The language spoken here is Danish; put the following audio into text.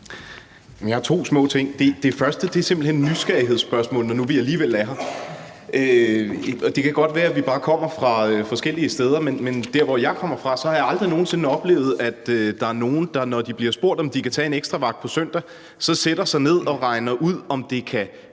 Jeg har to små ting. Det første er simpelt hen et nysgerrighedsspørgsmål, når nu vi alligevel er her. Det kan godt være, at vi bare kommer fra forskellige steder, men der, hvor jeg kommer fra, har jeg aldrig nogen sinde oplevet, at der er nogen, der, når de bliver spurgt, om de kan tage en ekstra vagt på søndag, så sætter sig ned og regner ud, om det kan